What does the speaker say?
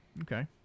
Okay